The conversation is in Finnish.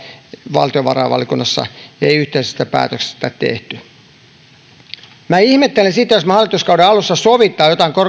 valtiovarainvaliokunnassa ei yhteisestä päätöksestä tehty ihmettelen sitä että jos me hallituskauden alussa sovimme jotain